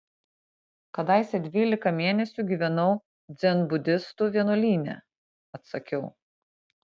kadaise dvylika mėnesių gyvenau dzenbudistų vienuolyne atsakiau